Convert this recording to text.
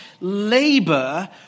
labor